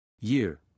Year